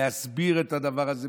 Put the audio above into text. להסביר את הדבר הזה,